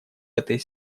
этой